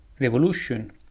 revolution